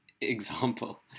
example